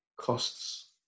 costs